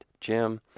Jim